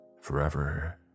forever